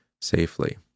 safely